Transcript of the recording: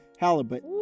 Halibut